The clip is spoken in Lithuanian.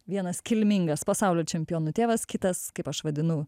vienas kilmingas pasaulio čempionų tėvas kitas kaip aš vadinu